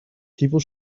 people